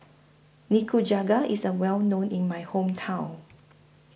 Nikujaga IS A Well known in My Hometown